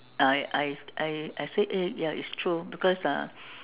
I I I I say eh ya it's true because uh